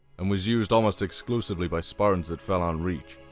and was used almost exclusively by spartans that fell on reach.